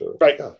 Right